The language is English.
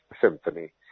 Symphony